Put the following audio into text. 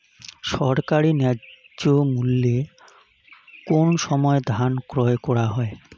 সরকারি ন্যায্য মূল্যে কোন সময় ধান ক্রয় করা হয়?